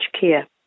care